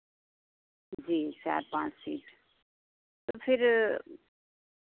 जी चार पाँच सीट तो फिर